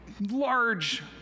large